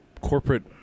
corporate